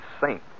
Saint